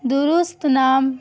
درست نام